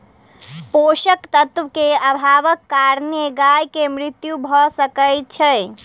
पोषक तत्व के अभावक कारणेँ गाय के मृत्यु भअ सकै छै